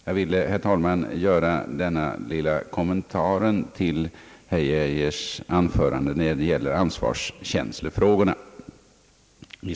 Jag har, herr talman, velat göra denna lilla kommentar till herr Geijers anförande när det gäller ansvarsfrågorna.